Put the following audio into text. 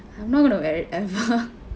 I'm not going to wear it ever